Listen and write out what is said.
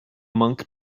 monk